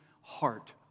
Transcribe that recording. heart